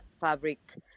fabric